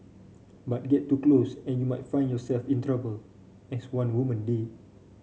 but get too close and you might find yourself in trouble as one woman did